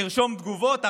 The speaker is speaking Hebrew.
לרשום תגובות,